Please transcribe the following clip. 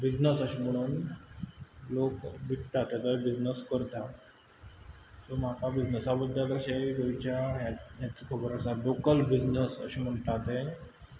business अशें म्हुणोन लोक विकता तेजोय बिजनस करता सो म्हाका बिजनसा बद्दल अशेंय गोंयच्या हेंच खबर आसा लॉकल बिजनस अशें म्हणटा तें